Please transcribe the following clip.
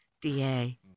DA